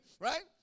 Right